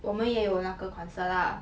我们也有那个 concert lah